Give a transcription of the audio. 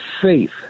faith